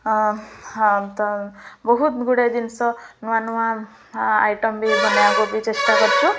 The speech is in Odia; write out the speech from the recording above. ହ ତ ବହୁତ ଗୁଡ଼େ ଜିନିଷ ନୂଆ ନୂଆ ଆଇଟମ୍ ବି ବନାଇବାକୁ ବି ଚେଷ୍ଟା କରଛୁ